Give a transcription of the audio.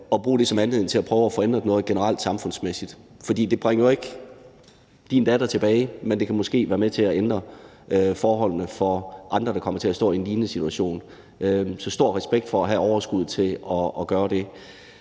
at bruge det som anledning til prøve at få ændret noget generelt samfundsmæssigt. For det bringer jo ikke din datter tilbage, men det kan måske være med til at ændre forholdene for andre, der kommer til at stå i en lignende situation, så jeg har stor respekt for at have overskuddet til at gøre det.